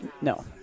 No